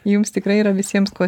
jums tikrai yra visiems ko